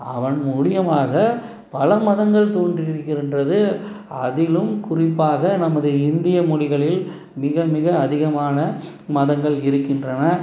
அவன் மூலிமாக பல மதங்கள் தோன்றி இருக்கின்றது அதிலும் குறிப்பாக நமது இந்திய மொழிகளில் மிக மிக அதிகமான மதங்கள் இருக்கின்றன